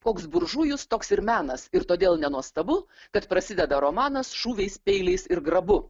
koks buržujus toks ir menas ir todėl nenuostabu kad prasideda romanas šūviais peiliais ir grabu